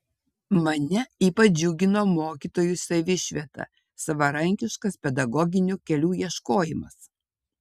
mane ypač džiugino mokytojų savišvieta savarankiškas pedagoginių kelių ieškojimas